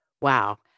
Wow